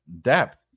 depth